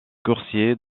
coursier